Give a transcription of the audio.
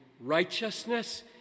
righteousness